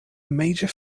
major